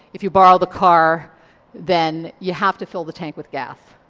if you borrow the car then you have to fill the tank with gas.